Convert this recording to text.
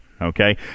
okay